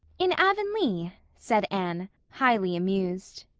in avonlea? said anne, highly amused.